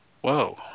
whoa